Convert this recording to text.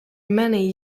many